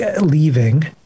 leaving